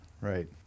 Right